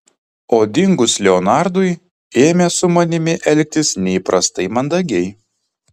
o dingus leonardui ėmė su manimi elgtis neįprastai mandagiai